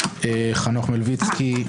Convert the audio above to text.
חנוך מלביצקי,